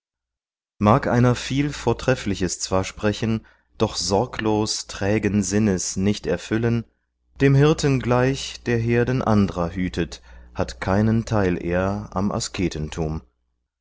mag einer viel vortreffliches zwar sprechen doch sorglos trägen sinnes nicht erfüllen dem hirten gleich der herden andrer hütet hat keinen teil er am